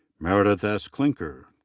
meredith s. klinker.